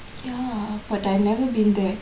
ya but I never been there